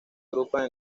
agrupan